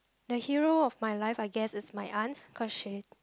the hero of my life I guess is my aunt cause she